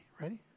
Ready